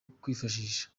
kwifashisha